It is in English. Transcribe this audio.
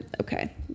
Okay